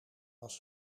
was